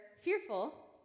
fearful